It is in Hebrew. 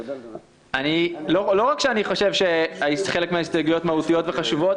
לא רק שאני חושב שהחלק מההסתייגויות מהותיות וחשובות,